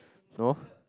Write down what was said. no